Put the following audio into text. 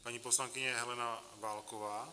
Paní poslankyně Helena Válková.